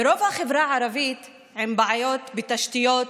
ורוב החברה הערבית עם בעיות בתשתיות,